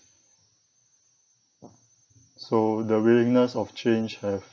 so the willingness of change have